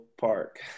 Park